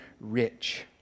rich